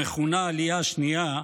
המכונה "העלייה השנייה",